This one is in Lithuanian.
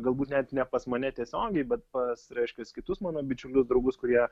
galbūt net ne pas mane tiesiogiai bet pas reiškias kitus mano bičiulius draugus kurie